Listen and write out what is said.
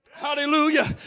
hallelujah